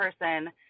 person